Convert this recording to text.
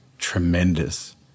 Tremendous